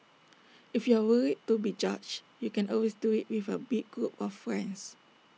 if you are worried to be judged you can always do IT with A big group of friends